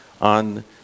on